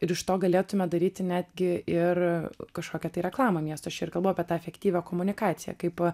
ir iš to galėtume daryti netgi ir kažkokią tai reklamą miesto aš čia ir kalbu apie tą efektyvią komunikaciją kaip